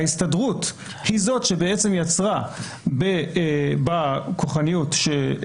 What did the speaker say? ההסתדרות היא זאת שיצרה בכוחניות שלה,